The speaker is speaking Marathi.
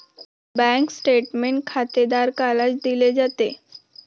बँक स्टेटमेंट खातेधारकालाच दिले जाते